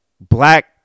Black